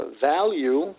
value